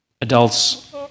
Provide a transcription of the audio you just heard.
adults